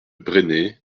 bresnay